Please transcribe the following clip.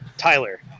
Tyler